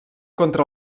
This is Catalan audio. contra